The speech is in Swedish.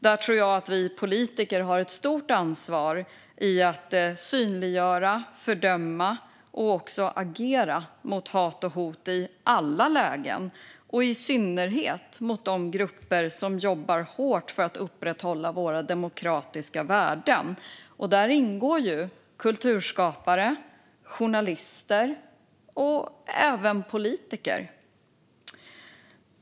Där tror jag att vi politiker har ett stort ansvar för att synliggöra, fördöma och också agera mot hat och hot i alla lägen, i synnerhet mot de grupper som jobbar hårt för att upprätthålla våra demokratiska värden. Där ingår kulturskapare, journalister och även politiker.